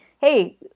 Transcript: hey